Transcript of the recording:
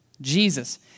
Jesus